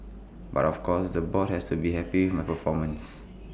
but of course the board has to be happy with my performance